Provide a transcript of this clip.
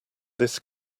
this